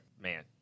Man